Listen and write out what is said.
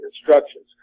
instructions